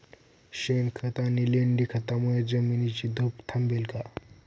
शेणखत आणि लेंडी खतांमुळे जमिनीची धूप थांबेल का?